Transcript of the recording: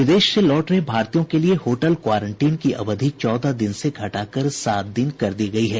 विदेश से लौट रहे भारतीयों के लिए होटल क्वारंटीन की अवधि चौदह दिन से घटाकर सात दिन कर दी गई है